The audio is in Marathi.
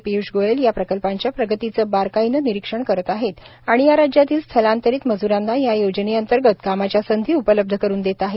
पिय्ष गोयल याप्रकल्पांच्या प्रगतीचे बारकाईने निरीक्षण करत आहेत आणि या राज्यांतील स्थलांतरित मज्रांना या योजनेअंतर्गत कामाच्या संधी उपलब्ध करून देत आहेत